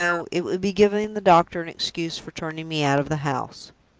no it would be giving the doctor an excuse for turning me out of the house.